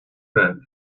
bed